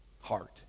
heart